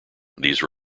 these